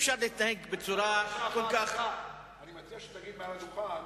אני מציע שתגיד מעל הדוכן